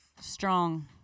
Strong